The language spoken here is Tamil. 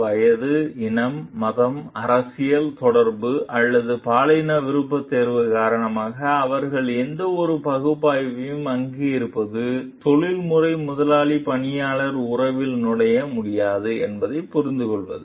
வயது இனம் மதம் அரசியல் தொடர்பு அல்லது பாலின விருப்பத்தேர்வுகள் காரணமாக அவர்கள் எந்தவொரு பாகுபாட்டையும் அங்கீகரிப்பது தொழில்முறை முதலாளி பணியாளர் உறவில் நுழைய முடியாது என்பதைப் புரிந்துகொள்வது